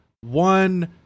one